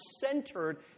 centered